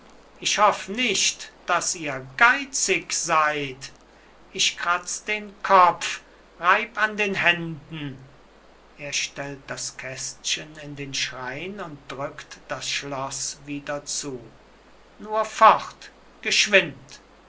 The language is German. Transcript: ich hoff nicht daß ihr geitzig seyd ich kratz den kopf reib an den händen er stellt das kästchen in den schrein und drückt das schloß wieder zu nur fort geschwind